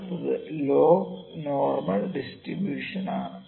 അടുത്തത് log normal distribution ആണ്